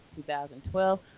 2012